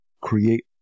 create